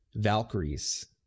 Valkyries